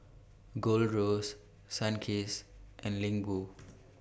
Gold Roast Sunkist and Ling Wu